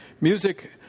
Music